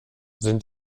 sind